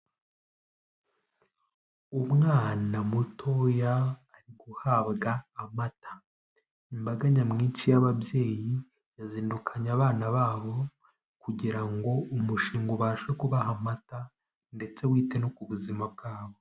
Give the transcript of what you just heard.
Umwana mutoya ari guhabwa amata, imbaga nyamwinshi y'ababyeyi yazindukanye abana babo kugira ngo umushinga ubashe kubaha amata ndetse wite no ku buzima bwabo.